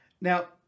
Now